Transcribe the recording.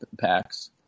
packs